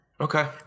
Okay